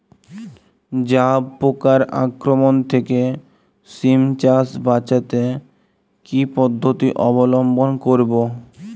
জাব পোকার আক্রমণ থেকে সিম চাষ বাচাতে কি পদ্ধতি অবলম্বন করব?